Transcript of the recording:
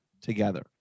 together